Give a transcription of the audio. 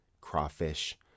crawfish